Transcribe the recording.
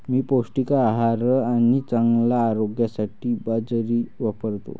मी पौष्टिक आहार आणि चांगल्या आरोग्यासाठी बाजरी वापरतो